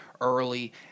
early